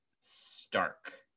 Stark